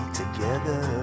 together